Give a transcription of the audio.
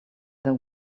their